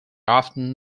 often